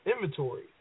inventory